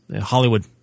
Hollywood